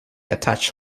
attach